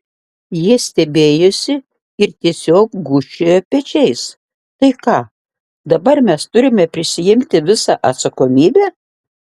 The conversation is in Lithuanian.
jie stebėjosi ir tiesiog gūžčiojo pečiais tai ką dabar mes turime prisiimti visą atsakomybę